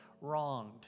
wronged